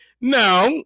Now